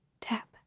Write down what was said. Tap